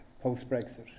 post-Brexit